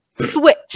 switch